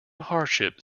hardship